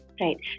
Right